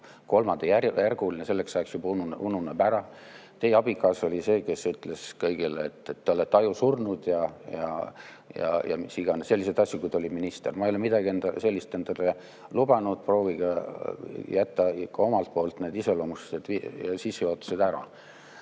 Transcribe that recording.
kolmandajärguline, selleks ajaks juba ununeb ära. Teie abikaasa oli see, kes ütles kõigele, et te olete ajusurnud ja mis iganes selliseid asju, kui ta oli minister. Ma ei ole midagi sellist endale lubanud, proovige jätta ka omalt poolt need iseloomustused sissejuhatuses ära